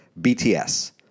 BTS